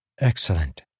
Excellent